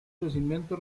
crecimiento